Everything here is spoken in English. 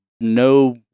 no